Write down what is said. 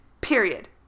Period